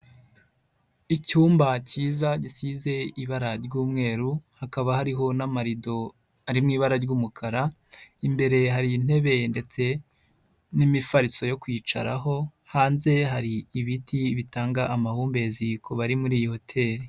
Icyumba cyiza gisize ibara ry'umweru, hakaba hariho n'amarido ari mu ibara ry'umukara, imbere hari intebe ndetse n'imifariso yo kwicaraho, hanze hari ibiti bitanga amahumbezi ku bari muri iyo hotel.